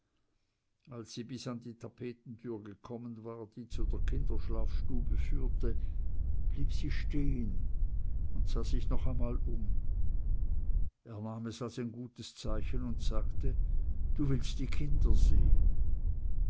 als sie bis an die tapetentür gekommen war die zu der kinderschlafstube führte blieb sie stehen und sah sich noch einmal um er nahm es als ein gutes zeichen und sagte du willst die kinder sehen